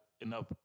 enough